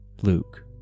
Luke